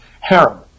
harem